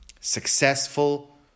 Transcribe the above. successful